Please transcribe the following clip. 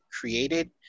created